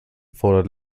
fordert